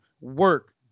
work